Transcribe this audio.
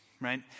right